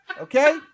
Okay